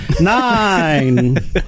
Nine